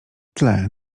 tle